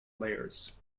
layers